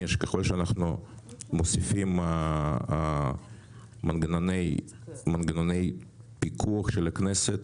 שככול שאנחנו מוסיפים מנגנוני פיקוח של הכנסת,